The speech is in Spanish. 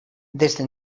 desde